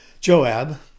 Joab